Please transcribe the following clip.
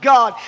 God